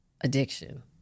addiction